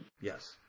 Yes